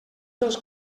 dels